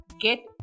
get